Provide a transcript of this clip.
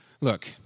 Look